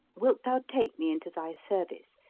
wilt thou take me into thy service,